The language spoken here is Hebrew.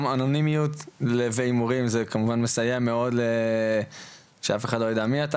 גם אנונימיות והימורים זה כמובן מסייע מאוד שאף אחד לא יידע מי אתה,